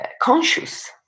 conscious